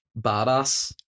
Badass